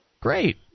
Great